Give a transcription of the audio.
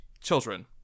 children